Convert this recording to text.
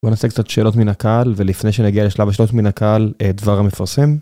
בוא נעשה קצת שאלות מן הקהל ולפני שנגיע לשלב השאלות מן הקהל דבר המפרסם.